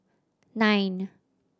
nine